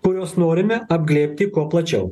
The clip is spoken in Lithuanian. kuriuos norime apglėbti kuo plačiau